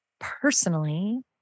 Personally